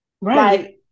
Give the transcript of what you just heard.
Right